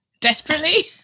desperately